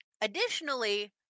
Additionally